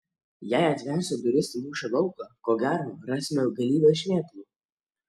jei atversiu duris į mūšio lauką ko gero rasime galybę šmėklų